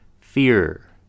Fear